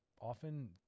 often